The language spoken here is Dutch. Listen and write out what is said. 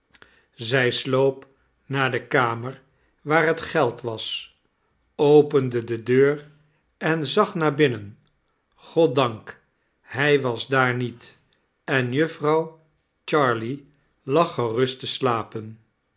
zij sloop naar de kamer waar het geld was opende de deur en zag naar binnen god dank hij was daar niet en jufvrouw jarley lag gerust te slapen